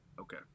Okay